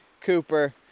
Cooper